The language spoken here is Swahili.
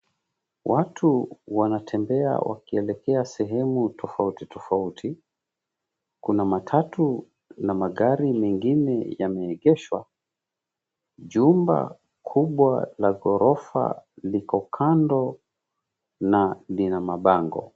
Watu wanatembea wakielekea sehemu tofauti tofauti. Kuna matatu na magari mengine yameegeshwa. Jumba kubwa la ghorofa liko kando na lina mabango.